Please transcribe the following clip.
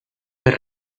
per